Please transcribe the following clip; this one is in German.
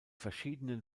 verschiedenen